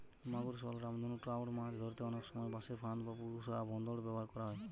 মাগুর, শল, রামধনু ট্রাউট মাছ ধরতে অনেক সময় বাঁশে ফাঁদ বা পুশা ভোঁদড় ব্যাভার করা হয়